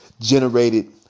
generated